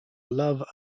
love